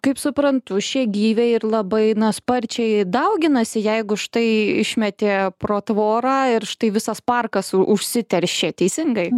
kaip suprantu šie gyviai ir labai sparčiai dauginasi jeigu štai išmetė pro tvorą ir štai visas parkas u užsiteršė teisingai